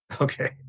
Okay